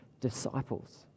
disciples